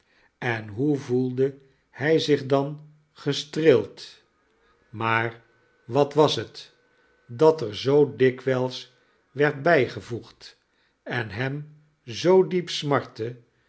en hoe voelde hij zich dan gestreeld maar wat was het dat er zoo dikwijls werd bijgevoegd en hem zoo diep smartte